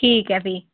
ठीक ऐ फ्ही